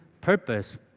purpose